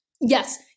Yes